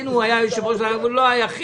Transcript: הוא היה יושב-ראש ועדה, והוא לא היחיד.